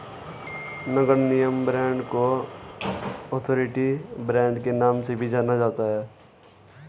नगर निगम बांड को authority bond के नाम से भी जाना जाता है